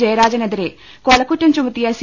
ജയരാജനെതിരെ കൊലക്കുറ്റം ചുമത്തിയ സി